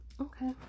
okay